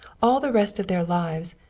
all the rest of their lives,